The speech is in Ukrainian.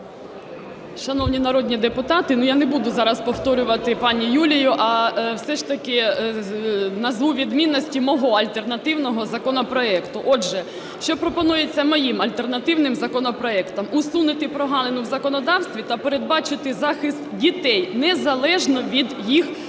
Шановні народні депутати, я не буду зараз повторювати пані Юлію, а все ж таки назву відмінності мого, альтернативного, законопроекту. Отже, що пропонується моїм альтернативним законопроектом. Усунути прогалину в законодавстві та передбачити захист дітей незалежно від їх